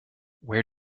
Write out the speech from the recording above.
where